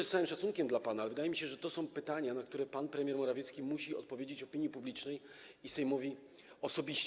Z całym szacunkiem dla pana, ale wydaje mi się, że to są pytania, na które pan premier Morawiecki musi odpowiedzieć opinii publicznej i Sejmowi osobiście.